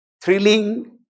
thrilling